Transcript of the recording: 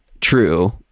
true